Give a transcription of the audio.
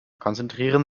konzentrieren